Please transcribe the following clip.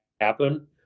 happen